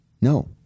No